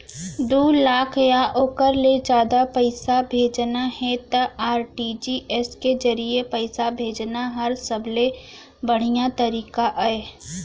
दू लाख या ओकर ले जादा पइसा भेजना हे त आर.टी.जी.एस के जरिए पइसा भेजना हर सबले बड़िहा तरीका अय